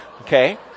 okay